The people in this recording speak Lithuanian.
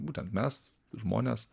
būtent mes žmones